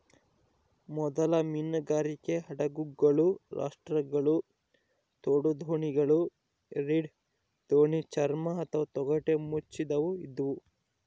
ಮೊದಲ ಮೀನುಗಾರಿಕೆ ಹಡಗುಗಳು ರಾಪ್ಟ್ಗಳು ತೋಡುದೋಣಿಗಳು ರೀಡ್ ದೋಣಿ ಚರ್ಮ ಅಥವಾ ತೊಗಟೆ ಮುಚ್ಚಿದವು ಇದ್ವು